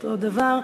אותו הדבר,